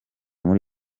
muri